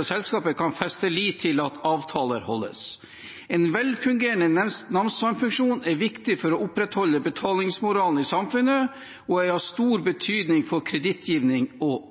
og selskaper kan feste lit til at avtaler holdes. En velfungerende namsmannsfunksjon er viktig for å opprettholde betalingsmoralen i samfunnet og er av stor betydning for kredittgivning og